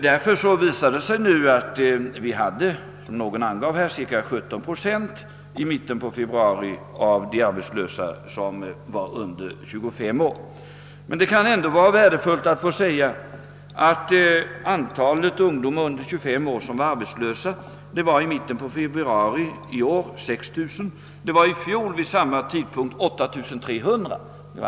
Därför visar det sig nu att, som någon angav här, cirka 17 procent av dem som var arbetslösa i mitten av februari var under 25 år. Antalet ungdomar under 25 år som var arbetslösa i mitten av februari i år var 6 000. Vid samma tidpunkt i fjol var motsvarande antal 8300.